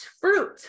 fruit